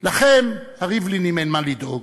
לכם הריבלינים אין מה לדאוג,